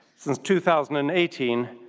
since two thousand and eighteen,